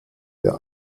der